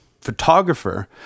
photographer